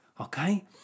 okay